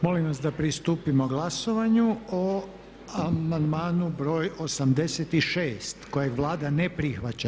Molim vas da pristupimo glasovanju o amandmanu br. 86. kojeg Vlada ne prihvaća.